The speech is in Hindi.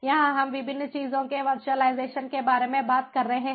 यहां हम विभिन्न चीजों के वर्चुअलाइजेशन के बारे में बात कर रहे हैं